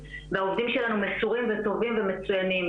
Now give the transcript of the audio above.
והעובדים שלנו מסורים וטובים ומצוינים,